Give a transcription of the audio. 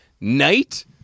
Night